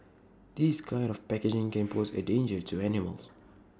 this kind of packaging can pose A danger to animals